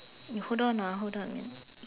you hold on ah hold on a minute